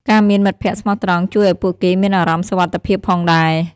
ការមានមិត្តភក្តិស្មោះត្រង់ជួយឱ្យពួកគេមានអារម្មណ៍សុវត្ថិភាពផងដែរ ។